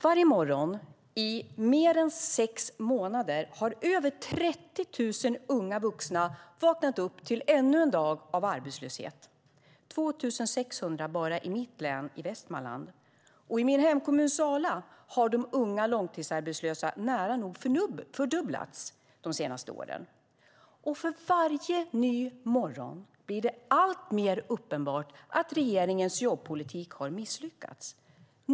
Varje morgon i mer än sex månader har över 30 000 unga vuxna vaknat upp till ännu en dag av arbetslöshet - 2 600 bara i Västmanland. I min hemkommun Sala har antalet unga långtidsarbetslösa nära nog fördubblats. För varje ny morgon blir det alltmer uppenbart att regeringens jobbpolitik har misslyckats.